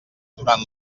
durant